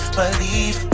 believe